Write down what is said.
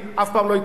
אף פעם לא התערבנו.